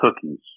cookies